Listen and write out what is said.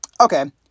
okay